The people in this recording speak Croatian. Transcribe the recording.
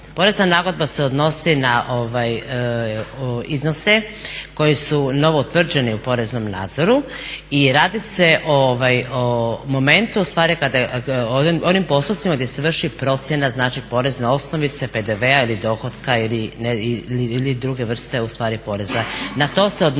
porezna nagodba se odnosi na iznose koji su novoutvrđeni u poreznom nadzoru i radi se o momentu ustvari kada je onim postupcima gdje se vrši procjena, znači porezne osnovice, PDV-a, ili dohotka ili druge vrste ustvari poreza.